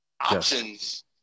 Options